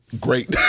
great